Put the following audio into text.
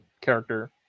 character